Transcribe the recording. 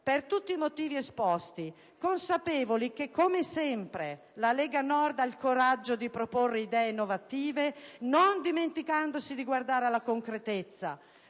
Per tutti i motivi esposti, consapevoli che, come sempre, la Lega Nord ha il coraggio di proporre idee innovative, non dimenticandosi di guardare alla concretezza,